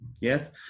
yes